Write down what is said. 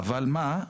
אבל מה?